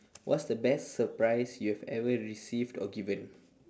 what's the best surprise you have ever received or given